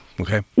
Okay